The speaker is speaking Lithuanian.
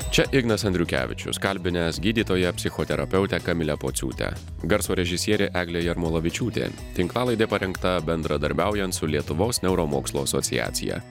čia ignas andriukevičius kalbinęs gydytoją psichoterapeutę kamilę pociūtę garso režisierė eglė jarmolavičiūtė tinklalaidė parengta bendradarbiaujant su lietuvos neuromokslo asociacija